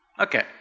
Okay